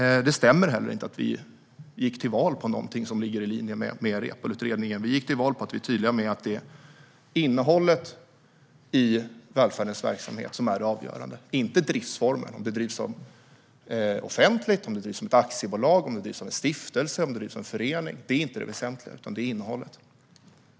Det stämmer inte heller att vi gick till val på någonting som ligger i linje med Reepaluutredningen. Vi gick till val på att vi är tydliga med att det är innehållet i välfärdens verksamhet som är det avgörande, inte driftsformen. Om verksamheten drivs offentligt, som ett aktiebolag, av en stiftelse eller av en förening är inte det väsentliga, utan det väsentliga är innehållet.